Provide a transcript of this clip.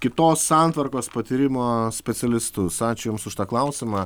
kitos santvarkos patyrimo specialistus ačiū jums už tą klausimą